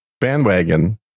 bandwagon